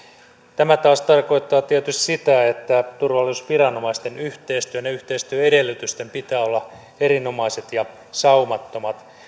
tämä taas tarkoittaa tietysti sitä että turvallisuusviranomaisten yhteistyön ja yhteistyön edellytysten pitää olla erinomaiset ja saumattomat